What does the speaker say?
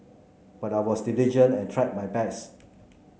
but I was diligent and tried my best